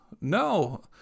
No